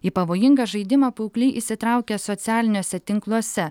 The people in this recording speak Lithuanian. į pavojingą žaidimą paaugliai įsitraukia socialiniuose tinkluose